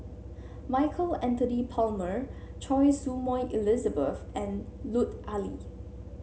Michael Anthony Palmer Choy Su Moi Elizabeth and Lut Ali